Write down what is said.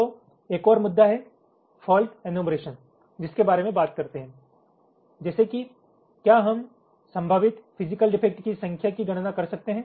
तो एक और मुद्दा है फॉल्ट एनुमरेशन जिसके बारे में बात करते हैं जैसे कि क्या हम संभावित फिजिकल डिफेक्ट की संख्या की गणना कर सकते हैं